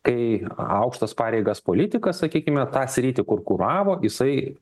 kai aukštas pareigas politikas sakykime tą sritį kur kuravo jisai